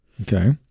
Okay